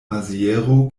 maziero